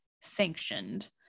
sanctioned